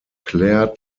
clare